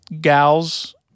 gals